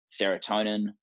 serotonin